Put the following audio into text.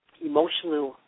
emotionally